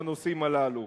בנושאים הללו.